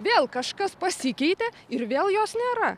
vėl kažkas pasikeitė ir vėl jos nėra